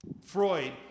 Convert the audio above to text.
Freud